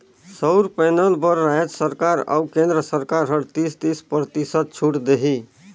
सउर पैनल बर रायज सरकार अउ केन्द्र सरकार हर तीस, तीस परतिसत छूत देही